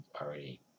already